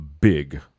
big